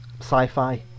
sci-fi